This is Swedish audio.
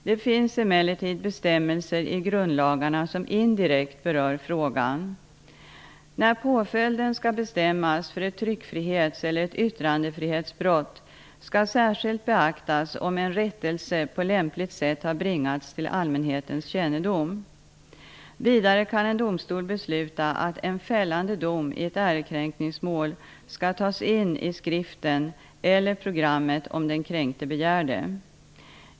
Det finns emellertid bestämmelser i grundlagarna som indirekt berör frågan. När påföljden skall bestämmas för ett tryckfrihets eller ett yttrandefrihetsbrott skall särskilt beaktas om en rättelse på lämpligt sätt har bringats till allmänhetens kännedom. Vidare kan en domstol besluta att en fällande dom i ett ärekränkningsmål skall tas in i skriften eller programmet om den kränkte begär det.